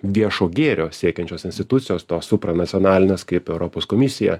viešo gėrio siekiančios institucijos to supra nacionalinės kaip europos komisija